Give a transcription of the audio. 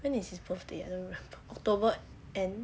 when is his birthday I don't remember october end